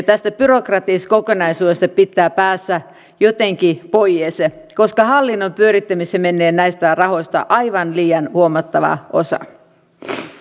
tästä byrokraattisesta kokonaisuudesta pitää päästä jotenkin pois koska hallinnon pyörittämiseen menee näistä rahoista aivan liian huomattava osa